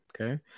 Okay